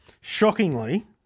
Shockingly